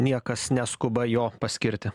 niekas neskuba jo paskirti